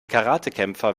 karatekämpfer